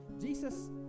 Jesus